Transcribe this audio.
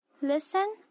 Listen